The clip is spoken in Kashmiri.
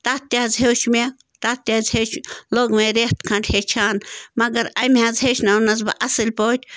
تَتھ تہِ حظ ہیوٚچھ مےٚ تَتھ تہِ حظ ہیٚچھۍ لوٚگ مےٚ رٮ۪تھ کھنٛڈ ہیٚچھان مگر امہِ حظ ہیٚچھنٲونَس بہٕ اَصٕل پٲٹھۍ